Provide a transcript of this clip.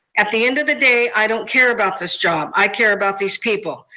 at the end of the day, i don't care about this job. i care about these people.